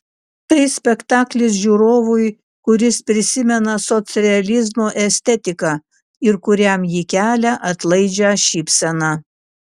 tai spektaklis žiūrovui kuris prisimena socrealizmo estetiką ir kuriam ji kelia atlaidžią šypseną